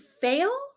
fail